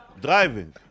driving